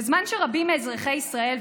בזמן שרבים מאזרחי ישראל,